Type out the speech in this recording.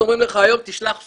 אומרים לך היום לשלוח פקס,